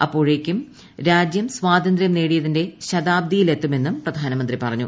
അപ്പോഴേക്കും രാജ്യം സ്വാതന്ത്ര്യം നേടിയതിന്റെ ശതാബ്ദിയിലെത്തുമെന്നും പ്രധാനമന്ത്രി പറഞ്ഞു